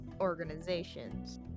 organizations